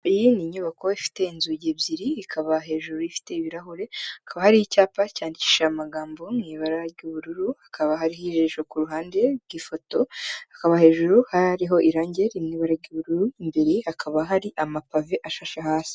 Iyi ni inyubako ifite inzugi ebyiri ikaba hejuru ifite ibirahure hakaba hari icyapa cyandikishije amagambo mw' ibara ry'ubururu hakaba hariho ijisho ku ruhande rw'ifoto hakaba hejuru hariho irangi riri mw'ibara ry ' ubururu imbere hakaba hari amabuye ashashe hasi .